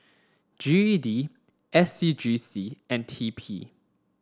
G E D S C G C and T P